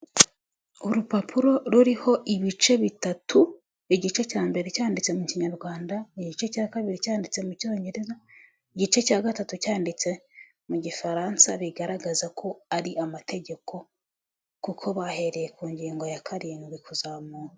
Urupapuro ruriho ibice bitatu; igice cya mbere cyanditse mu kinyarwanda igice cya kabiri cyanditse mu cyongereza igice cya gatatu cyanditse mu gifaransa bigaragaza ko ari amategeko kuko bahereye ku ngingo ya karindwi kuzamuka.